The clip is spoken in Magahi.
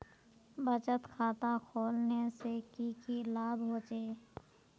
बचत खाता खोलने से की की लाभ होचे?